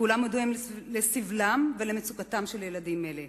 כולם מודעים לסבלם ולמצוקתם של ילדים אלה,